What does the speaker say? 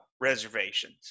reservations